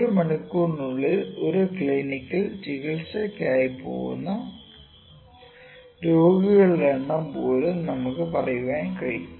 ഒരു മണിക്കൂറിനുള്ളിൽ ഒരു ക്ലിനിക്കിൽ ചികിത്സയ്ക്കായി പോകുന്ന രോഗികളുടെ എണ്ണം പോലും നമുക്ക് പറയാൻ കഴിയും